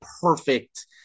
perfect –